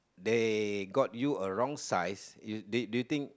they got you a wrong size do you think